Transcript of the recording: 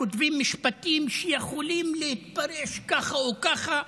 כותבים משפטים שיכולים להתפרש ככה או ככה,